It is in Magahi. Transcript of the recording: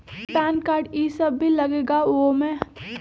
कि पैन कार्ड इ सब भी लगेगा वो में?